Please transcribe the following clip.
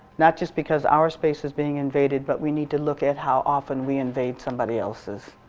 not just because our space is being invaded but we need to look at how often we invade somebody else's.